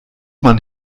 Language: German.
man